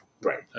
Right